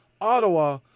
Ottawa